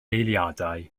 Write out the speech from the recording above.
eiliadau